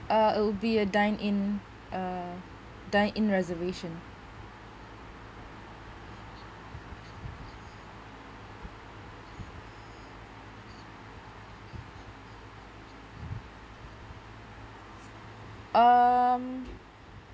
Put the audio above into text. uh it'll be a dine in uh dine in reservation um